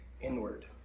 inward